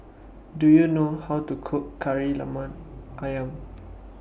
Do YOU know How to Cook Kari Lemak Ayam